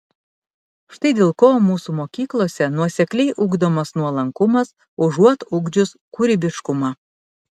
štai dėl ko mūsų mokyklose nuosekliai ugdomas nuolankumas užuot ugdžius kūrybiškumą